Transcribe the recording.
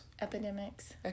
Epidemics